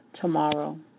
tomorrow